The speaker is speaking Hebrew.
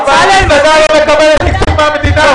מסעדה מקבלת תקציב מן המדינה?